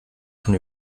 schon